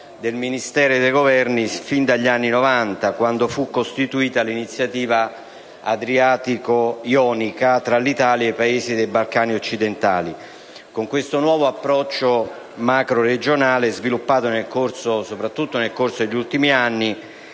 ministeriale e di Governo sin dagli anni Novanta, quando fu costituita l'Iniziativa Adriatico Ionica tra l'Italia e i Paesi dei Balcani occidentali. Con questo nuovo approccio macroregionale, sviluppato soprattutto nel corso degli ultimi anni,